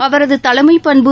அவரது தலைமை பண்பு